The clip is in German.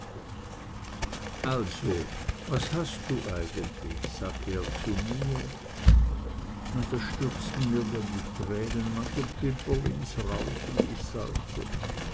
also was hast du eigentlich sagte er zu mir na da stürzten mir denn die tränen man so pimperlings raus und ich sagte